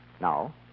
Now